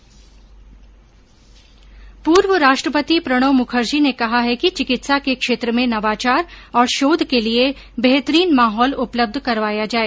पूर्व राष्ट्रपति प्रणव मुखर्जी ने कहा है कि चिकित्सा के क्षेत्र में नवाचार और शोध के लिए बेहतरीन माहौल उपलब्ध करवाया जाए